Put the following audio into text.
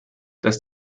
dass